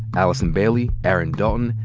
allison bailey, aaron dalton,